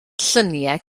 lluniau